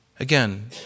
Again